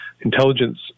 intelligence